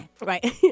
Right